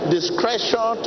Discretion